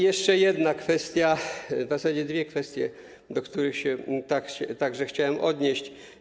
Jeszcze jedna kwestia, w zasadzie dwie kwestie, do których także chciałem się odnieść.